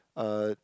uh